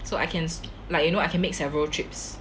so I can like you know I can make several trips